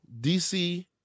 DC